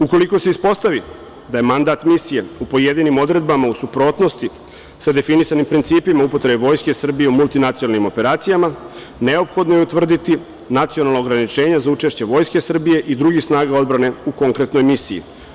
Ukoliko se uspostavi da je mandat misije u pojedinim odredbama u suprotnosti sa definisanim principima upotrebe Vojske Srbije u multinacionalnim operacijama neophodno je utvrditi nacionalna ograničenja za učešće Vojske Srbije i drugih snaga odbrane u konkretnoj misiji.